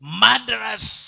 murderers